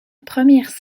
première